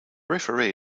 referee